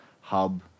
hub